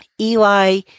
Eli